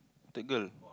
the girl